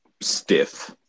stiff